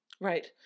Right